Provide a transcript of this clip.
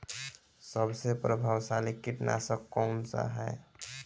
सबसे प्रभावशाली कीटनाशक कउन सा ह?